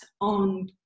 on